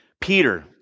Peter